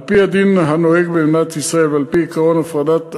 על-פי הדין הנוהג במדינת ישראל ועל-פי עקרון הפרדת הרשויות,